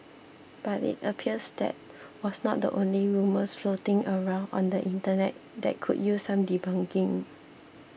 but it appears that was not the only rumours floating around on the Internet that could use some debunking